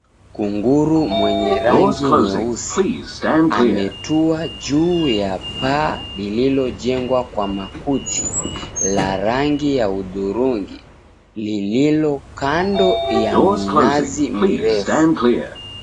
Kunguru mwenye rangi nyeusi ametua juu ya paa lililojengwa kwa makuti la rangi ya hudhurungi lililo kando ya minazi mirefu.